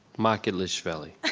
makilishveli.